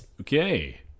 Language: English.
Okay